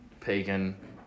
pagan